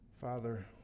Father